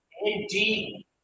Indeed